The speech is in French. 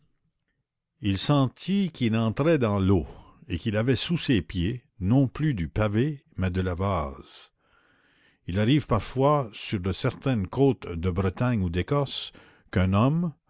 il sentit qu'il entrait dans l'eau et qu'il avait sous ses pieds non plus du pavé mais de la vase il arrive parfois sur de certaines côtes de bretagne ou d'écosse qu'un homme